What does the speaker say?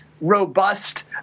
Robust